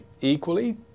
equally